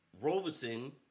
Robeson